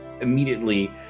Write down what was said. immediately